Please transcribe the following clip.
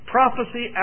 Prophecy